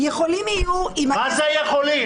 מה זה יכולים?